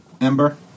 Ember